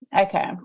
okay